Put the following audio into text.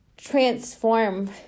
Transform